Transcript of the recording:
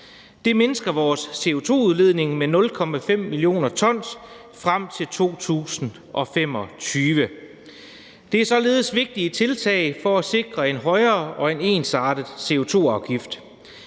Det mindsker vores CO2-udledning med 0,5 mio. t frem til 2025. Det er således vigtige tiltag for at sikre en højere og ensartet CO2-afgift.